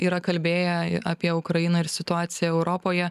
yra kalbėję apie ukrainą ir situaciją europoje